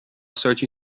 sorte